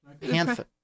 Panther